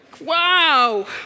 wow